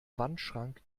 wandschrank